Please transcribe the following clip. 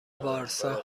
وارسا